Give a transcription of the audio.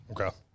Okay